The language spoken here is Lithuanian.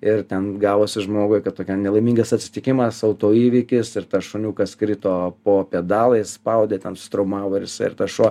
ir ten gavosi žmogui kad tokia nelaimingas atsitikimas auto įvykis ir tas šuniukas krito po pedalais spaudė ten sutraumavo ir jisai ir tas šuo